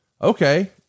Okay